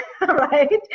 right